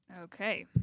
okay